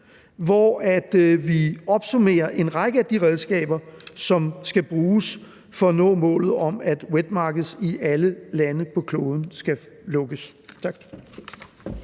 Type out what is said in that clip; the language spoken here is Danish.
hvor vi opsummerer en række af de redskaber, som skal bruges for at nå målet om, at wet markets i alle lande på kloden skal lukkes.